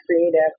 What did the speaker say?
creative